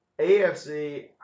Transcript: AFC